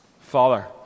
Father